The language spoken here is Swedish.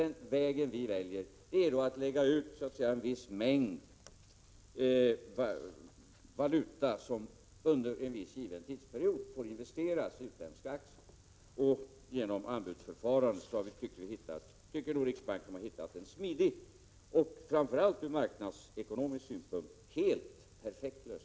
Den väg som vi väljer är att lägga ut en viss mängd valuta, som under en given tidsperiod får investeras i utländska aktier genom anbudsförfarande. Jag tycker att riksbanken har hittat en smidig och framför allt ur marknadsekonomisk synpunkt helt perfekt lösning.